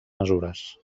mesures